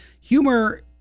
humor